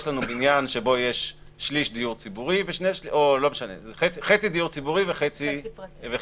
יש לנו בניין שבו יש חצי דיור ציבורי וחצי פרטי,